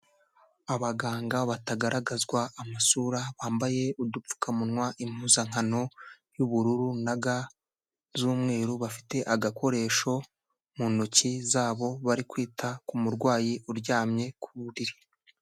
Abaganga batagaragazwa amasura bambaye udupfukamunwa, impuzankano y'ubururu na ga z'umweru, bafite agakoresho mu ntoki zabo bari kwita ku murwayi uryamye ku buriri.